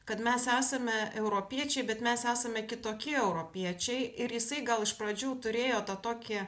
kad mes esame europiečiai bet mes esame kitokie europiečiai ir jisai gal iš pradžių turėjo tą tokį